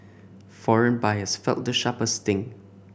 foreign buyers felt the sharpest sting